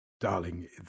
darling